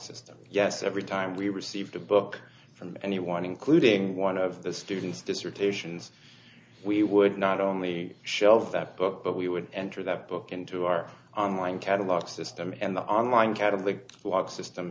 system yes every time we received a book from anyone including one of the students dissertations we would not only shelf that book but we would enter that book into our online catalog system and the online catalog log system